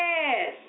Yes